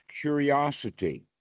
curiosity